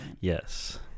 Yes